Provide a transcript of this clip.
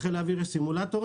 בחיל האוויר יש סימולטורים,